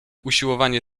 usiłowanie